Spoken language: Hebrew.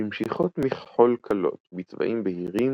במשיכות מכחול קלות בצבעים בהירים,